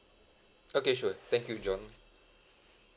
okay sure thank you john